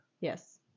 Yes